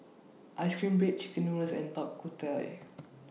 Ice Cream Bread Chicken Noodles and Bak Kut Teh